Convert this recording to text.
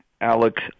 Alex